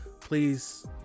please